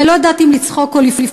ואני לא יודעת אם לצחוק או לבכות,